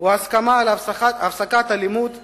הוא הסכמה על הפסקת האלימות והטרור.